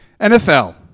NFL